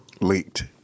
Leaked